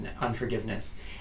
unforgiveness